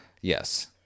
Yes